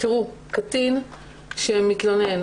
קטין שמתלונן,